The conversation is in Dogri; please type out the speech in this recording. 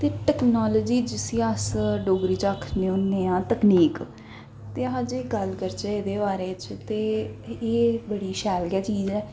ते टैक्नालजी जिस्सी अस डोगरी च आखने होन्ने आं तकनीक ते अस जे गल्ल करचै एह्दे बारे च ते एह् बड़ी शैल गै चीज ऐ